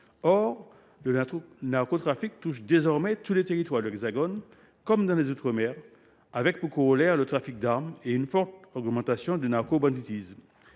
Or le narcotrafic touche désormais tous les territoires de l’Hexagone comme les outre mer, avec pour corollaire le développement du trafic d’armes et une forte augmentation du narcobanditisme.